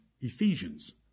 Ephesians